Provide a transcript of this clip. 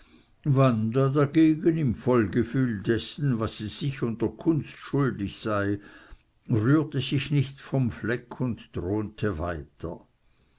wanda dagegen im vollgefühl dessen was sie sich und der kunst schuldig sei rührte sich nicht vom fleck und thronte weiter